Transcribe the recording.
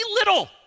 little